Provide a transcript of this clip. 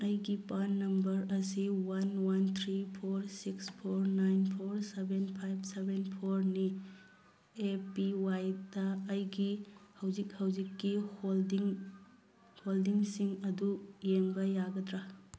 ꯑꯩꯒꯤ pan number ꯑꯁꯤ one one three four six four nine four seven five seven ꯐꯣꯔꯅꯤ A P ꯋꯥꯏꯗ ꯑꯩꯒꯤ ꯍꯧꯖꯤꯛ ꯍꯧꯖꯤꯛꯀꯤ ꯍꯣꯜꯗꯤꯡ ꯍꯣꯜꯗꯤꯡꯁꯤꯡ ꯑꯗꯨ ꯌꯦꯡꯕ ꯌꯥꯒꯗ꯭ꯔꯥ